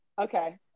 okay